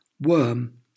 worm